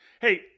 Hey